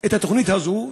את התוכנית הזאת,